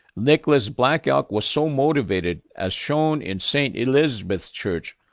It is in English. nicholas black elk was so motivated, as shown in st. elizabeth's church,